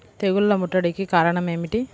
తెగుళ్ల ముట్టడికి కారణం ఏమిటి?